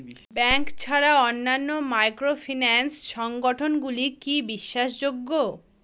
Bank ছাড়া অন্যান্য microfinance সংগঠন গুলি কি বিশ্বাসযোগ্য?